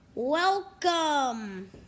Welcome